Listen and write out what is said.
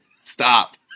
stop